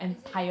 is it